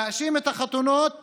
להאשים את החתונות